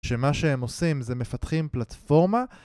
שמה שהם עושים זה מפתחים פלטפורמה